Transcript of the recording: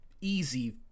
easy